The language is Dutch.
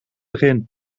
begin